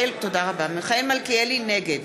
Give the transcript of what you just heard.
נגד